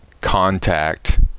contact